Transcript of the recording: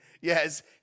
yes